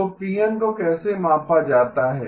तो Pn को कैसे मापा जाता है